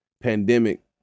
pandemic